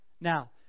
Now